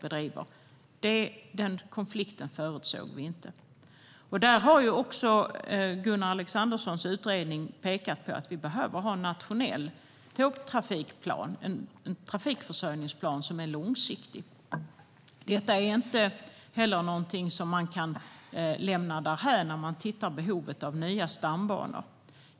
Den konflikten förutsåg vi inte. Gunnar Alexanderssons utredning har också pekat på att vi behöver ha en nationell tågtrafikplan, en trafikförsörjningsplan, som är långsiktig. Detta är inte heller någonting som man kan lämna därhän när man tittar på behovet av nya stambanor.